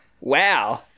Wow